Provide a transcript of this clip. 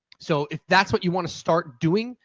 so if that's what you want to start doing,